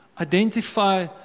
Identify